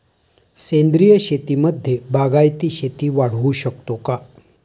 सेंद्रिय शेतीमध्ये बागायती शेती वाढवू शकतो का?